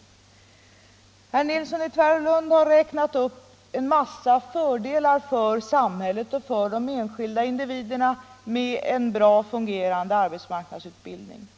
bildningen Herr Nilsson i Tvärålund har räknat upp en massa fördelar för samhället och för de enskilda individerna med en bra fungerande arbetsmarknadsutbildning.